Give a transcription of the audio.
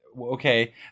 okay